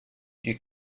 you